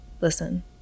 listen